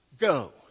go